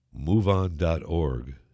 moveon.org